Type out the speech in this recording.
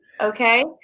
okay